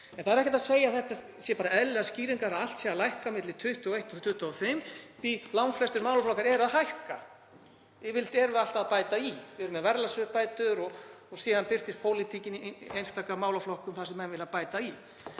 Ekki er hægt að segja að það eigi sér eðlilegar skýringar að allt sé að lækka milli 2021 og 2025 því að langflestir málaflokkar hækka. Yfirleitt erum við alltaf að bæta í. Við erum með verðlagsuppbætur og síðan birtist pólitíkin í einstaka málaflokkum þar sem menn vilja bæta í.